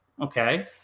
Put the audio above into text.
okay